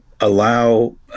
allow